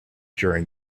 during